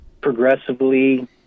progressively